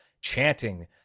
chanting